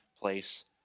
place